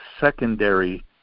secondary